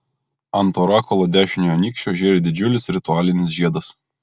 ant orakulo dešiniojo nykščio žėri didžiulis ritualinis žiedas